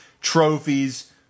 trophies